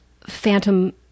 phantom